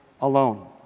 alone